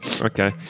Okay